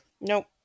Nope